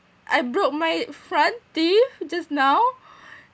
I broke my front teeth just now